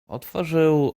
otworzył